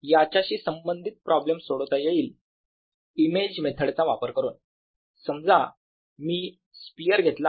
याच्याशी संबंधित प्रॉब्लेम सोडवता येईल इमेज मेथड चा वापर करून समजा मी स्पियर घेतला